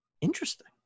Interesting